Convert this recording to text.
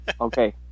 Okay